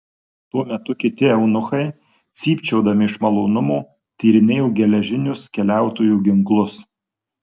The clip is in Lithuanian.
tuo metu kiti eunuchai cypčiodami iš malonumo tyrinėjo geležinius keliautojų ginklus